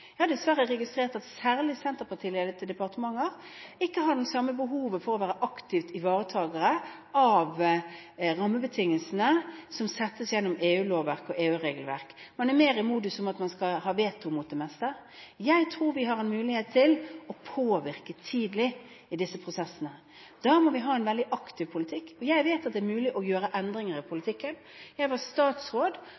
Jeg har dessverre registrert at særlig senterpartiledede departementer ikke har det samme behovet for å være aktive ivaretakere av rammebetingelsene som settes gjennom EU-lovverk og EU-regelverk. Man er mer i den modus at man skal ha veto mot det meste. Jeg tror vi har en mulighet til å påvirke tidlig i disse prosessene. Da må vi ha en veldig aktiv politikk. Jeg vet at det er mulig å gjøre endringer i